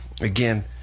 again